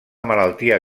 malaltia